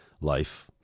life